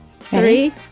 Three